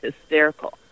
hysterical